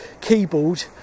keyboard